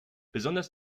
besonders